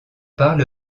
parle